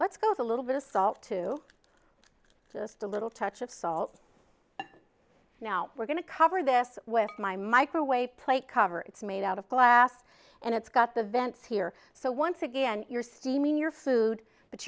with a little bit of salt to just a little touch of salt now we're going to cover this with my microwave plate cover it's made out of glass and it's got the vents here so once again you're steaming your food but